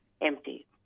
empty